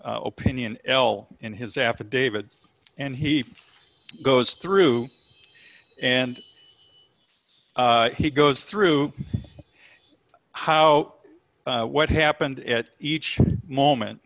opinion l in his affidavit and he goes through and he goes through how what happened at each moment